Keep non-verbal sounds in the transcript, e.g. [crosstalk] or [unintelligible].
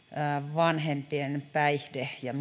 vanhempien päihde ja [unintelligible]